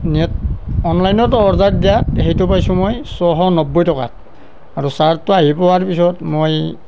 net অনলাইনত order দিয়াত সেইটো পাইছোঁ মই ছশ নব্বৈ টকাত আৰু ছাৰ্টটো আহি পোৱাৰ পিছত মই